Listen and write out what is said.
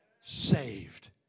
saved